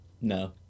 No